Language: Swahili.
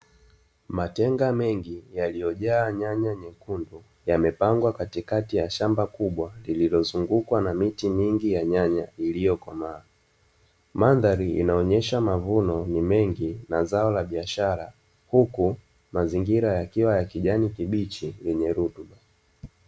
Matenga mengi yaliyojaa nyanya nyekundu, yamepangwa katikati ya shamba kubwa lililozungukwa na miti mingi ya nyanya iliyokomaa, mandhari inaonyesha mavuno ni mengi na zao la biashara, huku mazingira yakiwa ya kijani kibichi yenye rutuba.